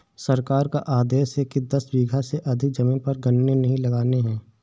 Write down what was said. सरकार का आदेश है कि दस बीघा से अधिक जमीन पर गन्ने नही लगाने हैं